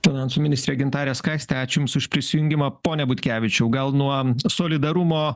finansų ministre gintare skaiste ačiū jums už prisijungimą pone butkevičiau gal nuo solidarumo